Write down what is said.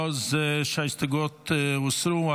לאור זה שהסתייגויות הוסרו,